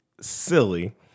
silly